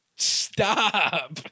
stop